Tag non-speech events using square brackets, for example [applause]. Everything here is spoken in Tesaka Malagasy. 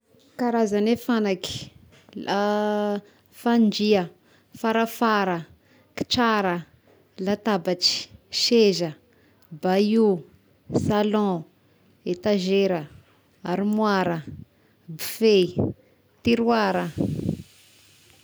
Karazany eh fagnaky: [hesitation] fandria, farafara, kitrara, latabatry, seza, bahut, salon, etazera, armoira, buffet, tiroira. [noise]